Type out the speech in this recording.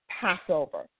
Passover